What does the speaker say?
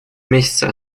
месяца